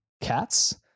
cats